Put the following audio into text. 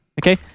Okay